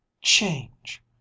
change